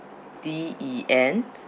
D E N